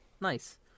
Nice